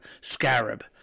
Scarab